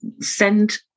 send